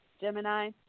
Gemini